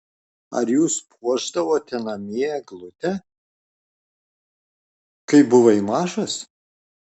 ar jūs puošdavote namie eglutę kai buvai mažas